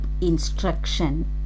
instruction